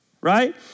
right